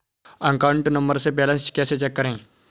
Account number से balance कैसे check करें?